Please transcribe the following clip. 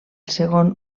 segon